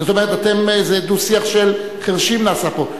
זאת אומרת, דו-שיח של חירשים נעשה פה.